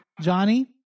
Johnny